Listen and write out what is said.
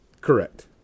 Correct